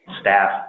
staff